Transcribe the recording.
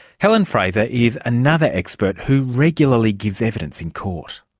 helen fraser is another expert who regularly gives evidence in court.